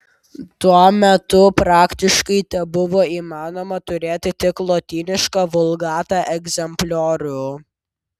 tuo metu praktiškai tebuvo įmanoma turėti tik lotynišką vulgata egzempliorių